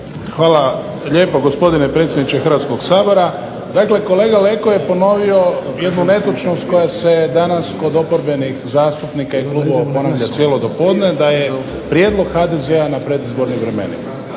Hvala lijepo gospodine predsjedniče Hrvatskog sabora. Dakle kolega Leko je ponovio jednu netočnost koja se danas kod oporbenih zastupnika i klubova ponavlja cijelo dopodne, da je prijedlog HDZ-a na predizbornim vremenima.